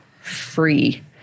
free